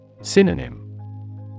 Synonym